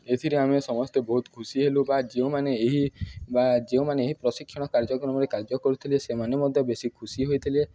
ଏଥିରେ ଆମେ ସମସ୍ତେ ବହୁତ ଖୁସି ହେଲୁ ବା ଯେଉଁମାନେ ଏହି ବା ଯେଉଁମାନେ ଏହି ପ୍ରଶିକ୍ଷଣ କାର୍ଯ୍ୟକ୍ରମରେ କାର୍ଯ୍ୟ କରୁଥିଲେ ସେମାନେ ମଧ୍ୟ ବେଶୀ ଖୁସି ହୋଇଥିଲେ